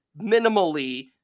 minimally